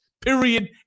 period